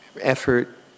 effort